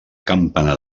campanar